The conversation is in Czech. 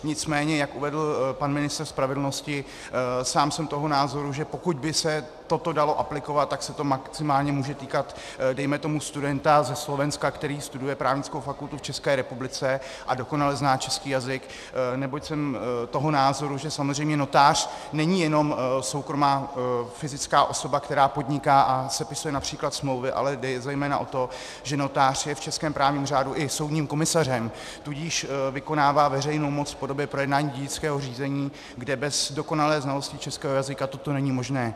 Nicméně jak uvedl pan ministr spravedlnosti, sám jsem toho názoru, že pokud by se toto dalo aplikovat, tak se to maximálně může týkat dejme tomu studenta ze Slovenska, který studuje právnickou fakultu v České republice a dokonale zná český jazyk, neboť jsem toho názoru, že samozřejmě notář není jenom soukromá fyzická osoba, která podniká a sepisuje například smlouvy, ale jde zejména o to, že notář je v českém právním řádu i soudním komisařem, tudíž vykonává veřejnou moc v podobě projednání dědického řízení, kde bez dokonalé znalosti českého jazyka toto není možné.